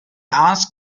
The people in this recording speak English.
asked